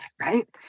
right